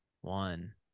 one